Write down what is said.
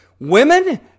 Women